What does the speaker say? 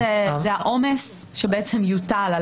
זה העומס שבעצם יוטל,